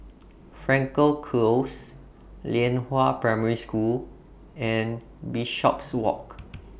Frankel Close Lianhua Primary School and Bishopswalk